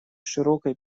широкой